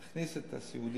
להכניס את הסיעודי.